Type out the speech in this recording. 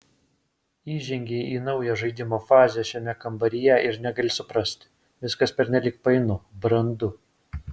įžengei į naują žaidimo fazę šiame kambaryje ir negali suprasti viskas pernelyg painu brandu